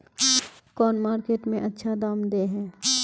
कौन मार्केट में अच्छा दाम दे है?